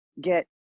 get